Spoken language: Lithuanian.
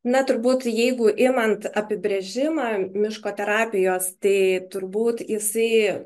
na turbūt jeigu imant apibrėžimą miško terapijos tai turbūt jisai